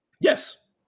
Yes